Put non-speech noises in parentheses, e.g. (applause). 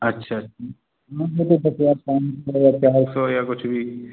अच्छा (unintelligible) एक सौ या कुछ भी